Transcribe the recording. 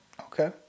Okay